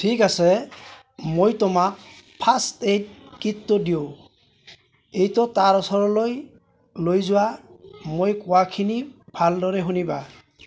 ঠিক আছে মই তোমাক ফাৰ্ষ্ট এইড কিটটো দিওঁ এইটো তাৰ ওচৰলৈ লৈ যোৱা মই কোৱাখিনি ভালদৰে শুনিবা